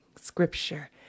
Scripture